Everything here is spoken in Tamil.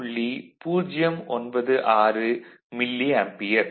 096 மில்லி ஆம்பியர்